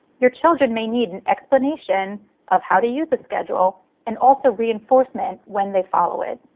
your children may need an explanation of how to use the schedule and also reinforcement when they follow it.